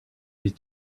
his